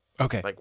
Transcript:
Okay